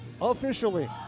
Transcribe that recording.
officially